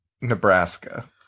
Nebraska